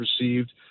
received